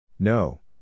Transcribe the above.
No